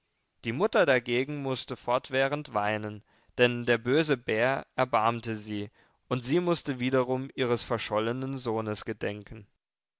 die mutter dagegen mußte fortwährend weinen denn der böse bär erbarmte sie und sie mußte wiederum ihres verschollenen sohnes gedenken